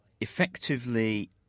effectively